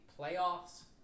Playoffs